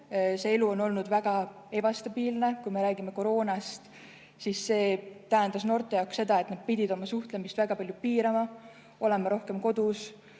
teise. Elu on olnud väga ebastabiilne. Kui me räägime koroonast, siis see tähendas noorte jaoks seda, et nad pidid oma suhtlemist väga palju piirama, olema rohkem kodus,